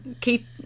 keep